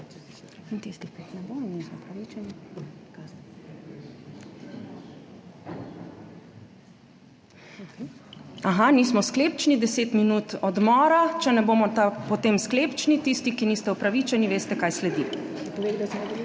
Nismo sklepčni. 10 minut odmora. Če ne bomo potem sklepčni tisti, ki niste upravičeni, veste kaj sledi.